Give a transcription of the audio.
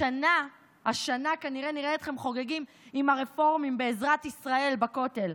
השנה כנראה נראה אתכם חוגגים עם הרפורמים בעזרת ישראל בכותל.